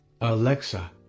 Alexa